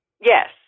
Yes